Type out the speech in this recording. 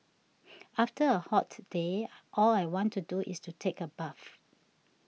after a hot day all I want to do is to take a bath